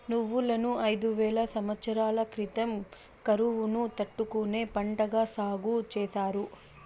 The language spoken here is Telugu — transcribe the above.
నువ్వులను ఐదు వేల సమత్సరాల క్రితం కరువును తట్టుకునే పంటగా సాగు చేసారు